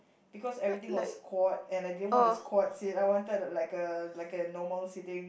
because everything was squat and I didn't want a squat seat I wanted like a like a normal seating